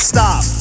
Stop